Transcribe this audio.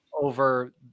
over